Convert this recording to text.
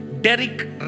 Derek